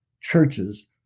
churches